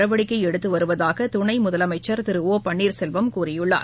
நடவடிக்கை எடுத்து வருவதாக துணை முதலமைச்சர் திரு ஒ பன்னீர்செல்வம் கூறியுள்ளார்